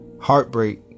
heartbreak